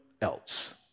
else